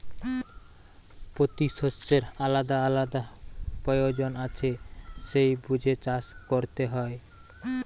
পোতি শষ্যের আলাদা আলাদা পয়োজন আছে সেই বুঝে চাষ কোরতে হয়